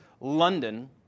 London